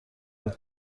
بدن